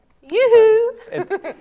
Yoo-hoo